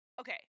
okay